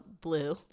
blue